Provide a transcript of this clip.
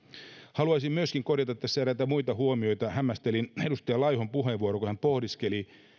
haluaisin myöskin korjata tässä eräitä muita huomioita hämmästelin edustaja laihon puheenvuoroa kun hän pohdiskeli